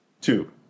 Two